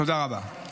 תודה רבה.